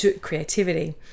creativity